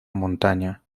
montaña